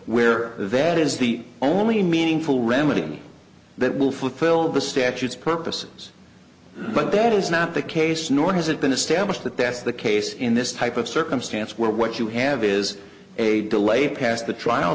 where that is the only meaningful remedy that will fulfill the statutes purposes but that is not the case nor has it been established that that's the case in this type of circumstance where what you have is a delay past the trial